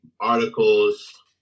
articles